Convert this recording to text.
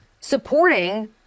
supporting